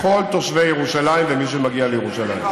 לכל תושבי ירושלים ולמי שמגיע לירושלים.